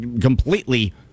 completely